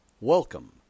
Welcome